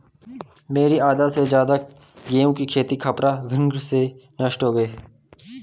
मेरी आधा से ज्यादा गेहूं की खेती खपरा भृंग से नष्ट हो गई